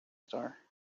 star